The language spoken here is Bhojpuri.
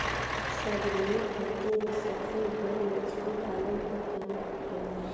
सागरीय खेती में सबसे ढेर मछली पालन के काम होखेला